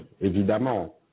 évidemment